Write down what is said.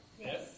Yes